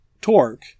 torque